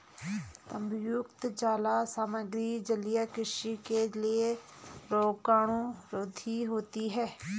तांबायुक्त जाल सामग्री जलीय कृषि के लिए रोगाणुरोधी होते हैं